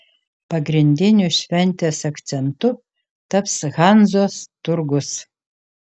pagrindiniu šventės akcentu taps hanzos turgus